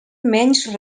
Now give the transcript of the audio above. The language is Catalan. menys